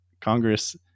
congress